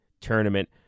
tournament